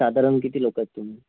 साधारण किती लोक आहेत तुम्ही